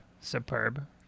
superb